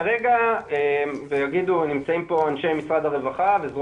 כרגע, ונמצאים פה אנשי משרד הרווחה וזרוע